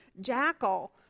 jackal